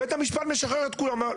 בית המשפט משחרר את כולם.